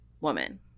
woman